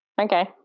okay